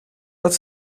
dat